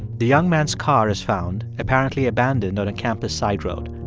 the young man's car is found, apparently abandoned, on a campus side road.